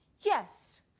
Yes